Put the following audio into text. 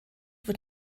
wird